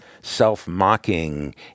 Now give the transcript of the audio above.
self-mocking